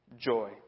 joy